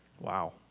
Wow